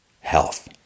health